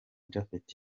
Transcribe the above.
japhet